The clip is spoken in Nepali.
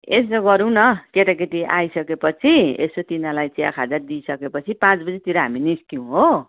यसो गरूँ न केटाकेटी आइसकेपछि यसो तिनीहरूलाई चियाखाजा दिइसकेपछि पाँच बजीतिर हामी निस्कियौँ हो